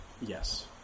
Yes